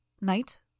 Night